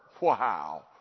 Wow